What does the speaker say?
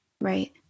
right